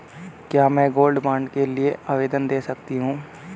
क्या मैं gold bond के लिए आवेदन दे सकती हूँ?